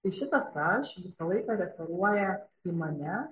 tai šitas aš visą laiką referuoja į mane